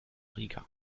rica